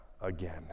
again